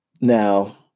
Now